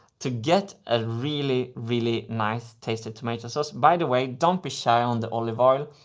to get a really, really nice tasty tomato sauce, by the way, don't be shy on the olive oil.